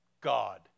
God